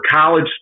college